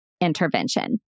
intervention